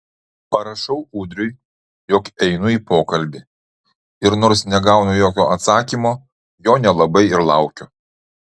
parašau ūdriui jog einu į pokalbį ir nors negaunu jokio atsakymo jo nelabai ir laukiu